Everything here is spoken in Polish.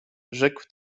rzekł